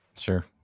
sure